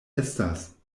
estas